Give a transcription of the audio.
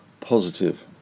positive